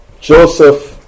Joseph